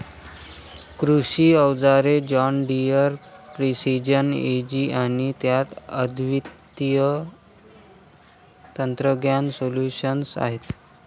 कृषी अवजारे John Deere precision ag आणि त्यात अद्वितीय तंत्रज्ञान सोल्यूशन्स आहेत